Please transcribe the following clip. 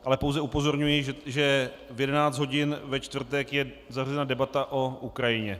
Ale pouze upozorňuji, že v 11 hodin ve čtvrtek je zařazena debata o Ukrajině.